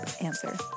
answer